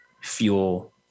fuel